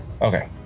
okay